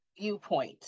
viewpoint